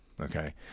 okay